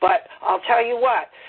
but i'll tell you what,